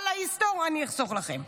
אללה יסתור, אני אחסוך לכם.